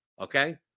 Okay